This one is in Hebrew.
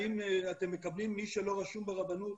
האם אתם מקבלים מי שלא רשום ברבנות,